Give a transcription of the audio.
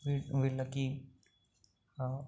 వీళ్ళు వీళ్ళకి